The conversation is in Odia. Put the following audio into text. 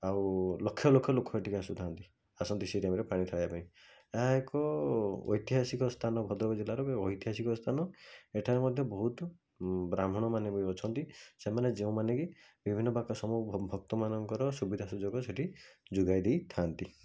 ଆଉ ଲକ୍ଷଲକ୍ଷ ଲୋକ ଏଠିକି ଆସୁଥାନ୍ତି ଆସନ୍ତି ସେଇ ଟାଇମ୍ ରେ ପାଣି ଢାଳିବା ପାଇଁ ଏହା ଏକ ଐତିହାସିକ ସ୍ଥାନ ଭଦ୍ରକ ଜିଲ୍ଲାର ଏକ ଐତିହାସିକ ସ୍ଥାନ ଏଠାରେ ମଧ୍ୟ ବହୁତ ବ୍ରାହ୍ମଣମାନେ ବି ଅଛନ୍ତି ସେମାନେ ଯୋଉଁମାନେ କି ବିଭିନ୍ନ ପ୍ରକାର ସବୁ ଭକ୍ତମାନଙ୍କର ସୁବିଧା ସୁଯୋଗ ସେଠି ଯୋଗାଇ ଦେଇଥାନ୍ତି